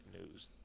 news